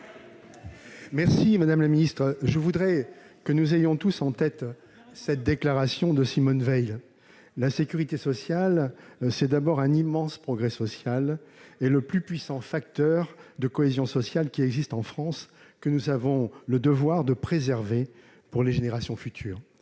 Milon, pour la réplique. Je voudrais que chacun d'entre nous ait en tête cette déclaration de Simone Veil :« la sécurité sociale, c'est d'abord un immense progrès social et le plus puissant facteur de cohésion sociale qui existe en France ; nous avons le devoir de la préserver pour les générations futures